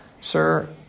Sir